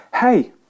hey